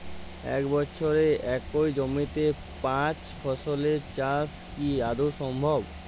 এক বছরে একই জমিতে পাঁচ ফসলের চাষ কি আদৌ সম্ভব?